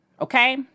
Okay